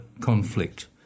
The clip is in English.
conflict